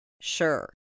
Sure